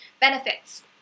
benefits